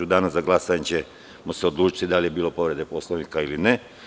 U danu za glasanje ćemo se odlučiti da li je bilo povrede Poslovnika ili ne.